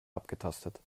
abgetastet